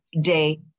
day